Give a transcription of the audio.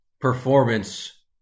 performance